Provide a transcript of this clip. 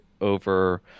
over